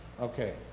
Okay